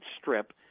Strip